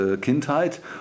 Kindheit